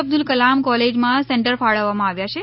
અબ્દુલ કલામ કોલેજમાં સેન્ટર ફાળવવામાં આવ્યા છે